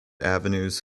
avenues